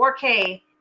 4K